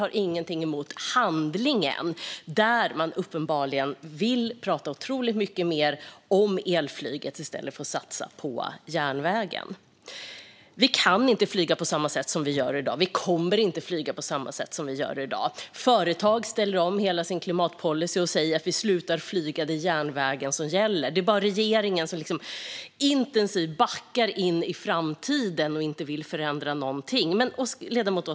Orden motsvarar inte handlingen. Regeringen vill uppenbarligen prata mycket mer om elflyget i stället för att satsa på järnvägen. Vi kan inte fortsätta flyga på samma sätt som vi gör i dag. Vi kommer inte att flyga på samma sätt som vi gör i dag. Företag ställer om sina klimatpolicyer, slutar flyga och säger att det är järnvägen som gäller. Det är bara regeringen som intensivt backar in i framtiden och inte vill förändra någonting. Fru talman!